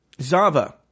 Zava